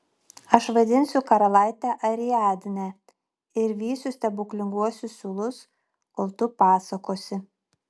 aš vaidinsiu karalaitę ariadnę ir vysiu stebuklinguosius siūlus kol tu pasakosi